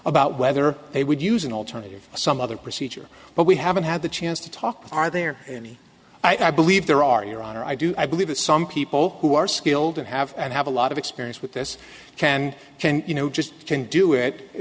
about whether they would use an alternative some other procedure but we haven't had the chance to talk are there any i believe there are your honor i do i believe that some people who are skilled and have and have a lot of experience with this can you know just can do it